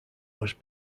was